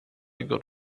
got